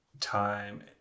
time